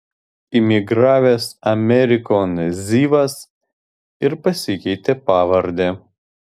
imigravęs amerikon zivas ir pasikeitė pavardę